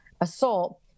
assault